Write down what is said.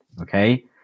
Okay